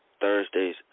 Thursday's